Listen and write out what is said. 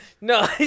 No